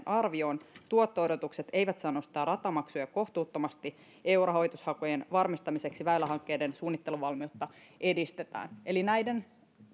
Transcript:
arvioon tuotto odotukset eivät saa nostaa ratamaksuja kohtuuttomasti eu rahoitushakujen varmistamiseksi väylähankkeiden suunnitteluvalmiutta edistetään eli näiden